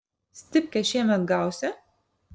stipkę šiemet gausi